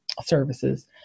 services